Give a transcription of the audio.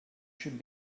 should